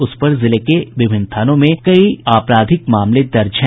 उसके ऊपर जिले के विभिन्न थानों में कई आपराधिक मामले दर्ज हैं